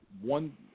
one